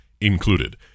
included